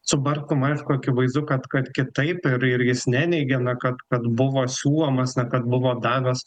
su bartkum aišku akivaizdu kad kad kitaip ir ir jis neneigia na kad kad buvo siūlomas na kad buvo davęs